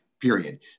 period